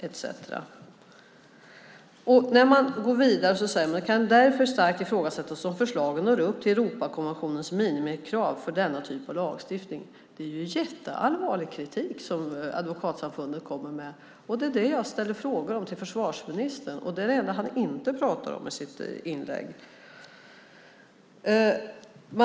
Vidare säger man: "Det kan därför starkt ifrågasättas om förslagen når upp till Europakonventionens minimikrav för denna typ av lagstiftning." Det är allvarlig kritik som Advokatsamfundet kommer med och som jag ställer frågor om till försvarsministern. Men det är det enda han inte talar om i sitt inlägg.